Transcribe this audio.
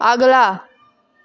ਅਗਲਾ